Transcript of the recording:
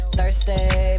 Thursday